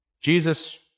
Jesus